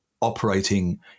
operating